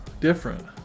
different